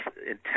intense